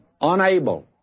unable